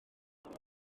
roedd